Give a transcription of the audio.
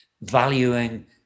valuing